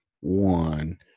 one